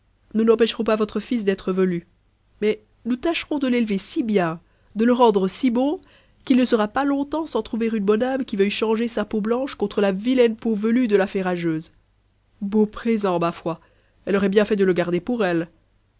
nous n'empêcherons pas votre fils d'être velu mais nous tâcherons de l'élever si bien de le rendre si bon qu'il ne sera pas longtemps sans trouver une bonne âme qui veuille changer sa peau blanche contre la vilaine peau velue de la fée rageuse beau présent ma foi elle aurait bien fait de le garder pour elle